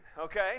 okay